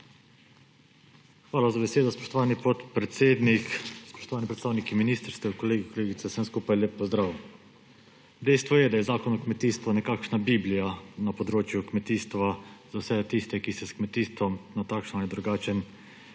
Hvala za besedo, spoštovani podpredsednik. Spoštovani predstavniki ministrstva, kolegi, kolegice, vsem skupaj lep pozdrav! Dejstvo je, da je Zakon o kmetijstvu nekakšna biblija na področju kmetijstva za vse tiste, ki se s kmetijstvom na takšen ali drugačen